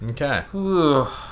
Okay